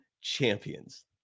champions